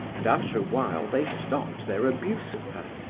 and after a while they stopped their abuse of her,